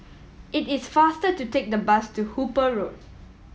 it is faster to take the bus to Hooper Road